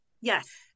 Yes